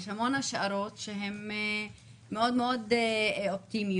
יש המון השערות שהן מאוד מאוד אופטימיות.